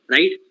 Right